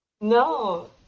no